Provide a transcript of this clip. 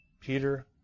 Peter